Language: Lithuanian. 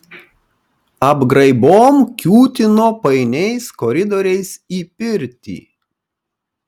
apgraibom kiūtino painiais koridoriais į pirtį